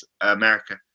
america